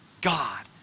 God